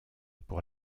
pour